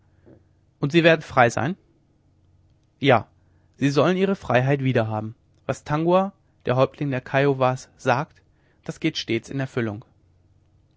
und sie werden frei sein ja sie sollen ihre freiheit wieder haben was tangua der häuptling der kiowas sagt das geht stets in erfüllung